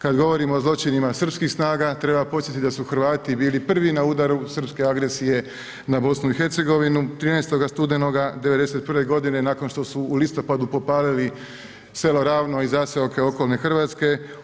Kad govorimo o zločinima srpskih snaga, treba podsjetiti da su Hrvati bili prvi na udaru srpske agresije na BiH, 13. studenoga 91. godine nakon što su u listopadu popalili selo Ravno i zaseoke okolne Hrvatske.